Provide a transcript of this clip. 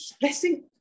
blessing